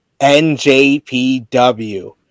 NJPW